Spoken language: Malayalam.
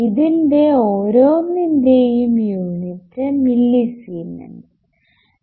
ഇതിന്റെ ഓരോന്നിന്റെയും യൂണിറ്റ് മില്ലിസീമെൻസ്സ്